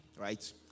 right